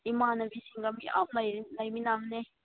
ꯏꯃꯥꯟꯅꯕꯤꯁꯤꯡꯒ ꯃꯌꯥꯝ ꯂꯩꯃꯤꯟꯅꯕꯅꯦ